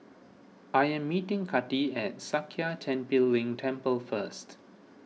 I am meeting Kati at Sakya Tenphel Ling Temple first